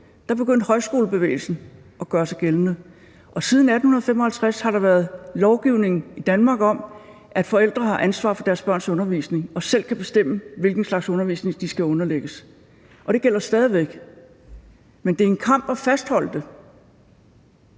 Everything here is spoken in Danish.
– begyndte højskolebevægelsen at gøre sig gældende, og siden 1855 har der været lovgivning i Danmark om, at forældre har ansvar for deres børns undervisning og selv kan bestemme, hvilken slags undervisning de skal underlægges. Og det gælder stadig væk, men det er en kamp at fastholde det,